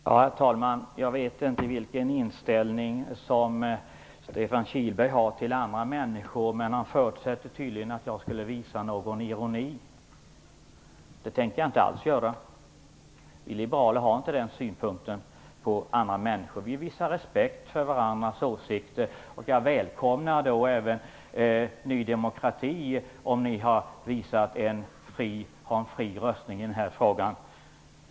Herr talman! Jag vet inte vilken inställning som Stefan Kihlberg har till andra människor, men han förutsätter tydligen att jag skulle vilja vara ironisk. Det tänkte jag inte alls vara. Vi liberaler har inte en sådan syn på andra människor. Vi visar respekt för varandras åsikter. Jag välkomnar även ett beslut från Ny demokrati om fri röstning i denna fråga.